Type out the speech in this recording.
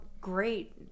great